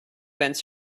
have